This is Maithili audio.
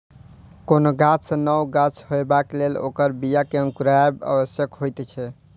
कोनो गाछ सॅ नव गाछ होयबाक लेल ओकर बीया के अंकुरायब आवश्यक होइत छै